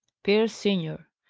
pierce senior.